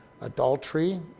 adultery